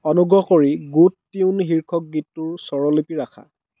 অনুগ্ৰহ কৰি good tune শীৰ্ষক গীতটোৰ স্বৰলিপি ৰাখা